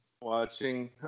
watching